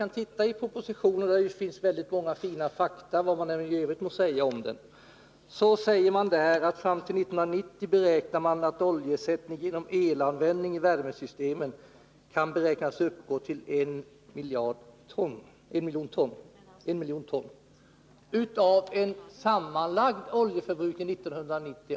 Ja, låt oss se efter i propositionen som — vad man än tycker om den i övrigt — innehåller många faktauppgifter. Fram till 1990 beräknar man att den minskade oljeförbrukningen genom elanvändning i värmesystemen kan komma att uppgå till I miljon ton av en samlad oljeförbrukning på 19 miljoner ton.